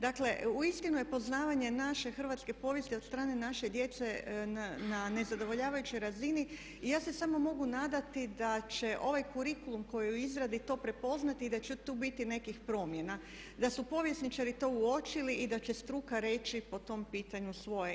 Dakle uistinu je poznavanje naše hrvatske povijesti od strane naše djece na nezadovoljavajućoj razini i ja se samo mogu nadati da će ovaj kurikulum koji je u izradi to prepoznati i da će tu biti nekih promjena i da su povjesničari to uočili i da će struka reći po tom pitanju svoje.